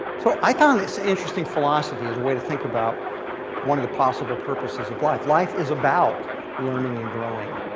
so i found this interesting philosophy as a way to think about one of the possible purposes of life. life is about learning and growing.